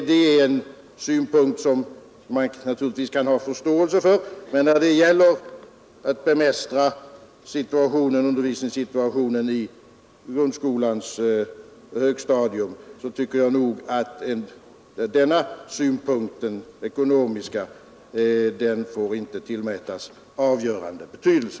Det är en synpunkt som man naturligtvis kan ha förståelse för, men när det gäller att bemästra undervisningssituationen på grundskolans högstadium anser jag att denna ekonomiska synpunkt inte får tillmätas avgörande betydelse.